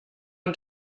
und